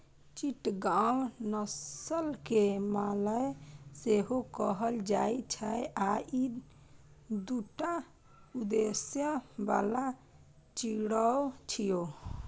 चिटगांव नस्ल कें मलय सेहो कहल जाइ छै आ ई दूटा उद्देश्य बला चिड़ै छियै